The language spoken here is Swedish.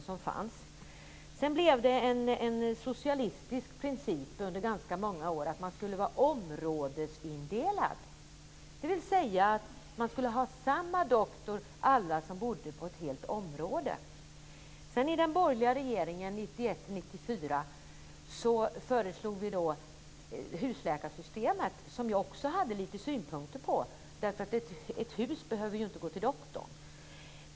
Sedan rådde en socialistisk princip under många år: Vården var områdesindelad. Alla som bodde i ett område skulle ha samma doktor. Den borgerliga regeringen 1991-1994 föreslog husläkarsystemet, som jag också hade synpunkter på. Ett hus behöver ju inte gå till doktorn.